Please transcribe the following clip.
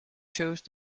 chose